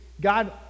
God